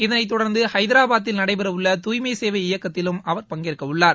இதனைத் தொடர்ந்து வஹதராபாத்தில் நடைபெறவுள்ள தூய்மை சேவை இயக்கத்திலும் அவர் பங்கேற்கவுள்ளார்